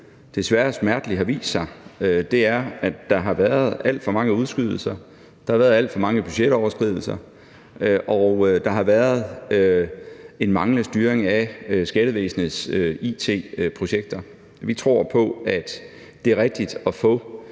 desværre smerteligt har vist sig, er, at der har været alt for mange udskydelser, at der har været alt for mange budgetoverskridelser, og at der har været en manglende styring af skattevæsenets it-projekter. Vi tror på, at det er rigtigt at få